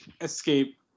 escape